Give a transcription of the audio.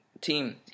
Team